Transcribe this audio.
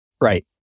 Right